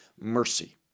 mercy